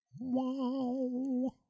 Wow